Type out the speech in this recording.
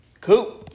cool